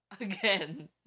again